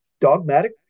dogmatic